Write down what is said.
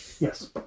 Yes